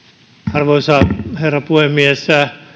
arvoisa herra puhemies